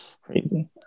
crazy